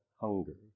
hunger